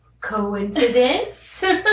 Coincidence